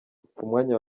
mwanya